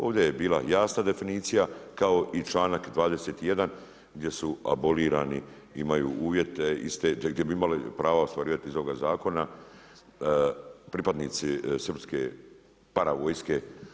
Ovdje je bila jasna definicija kao i članak 21. gdje su abolirani, imaju uvjete, gdje bi imali prava ostvarivati iz ovoga zakona pripadnici srpske paravojske.